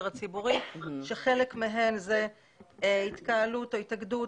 הציבורי שחלק מהן זאת התקהלות או התאגדות,